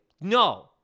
No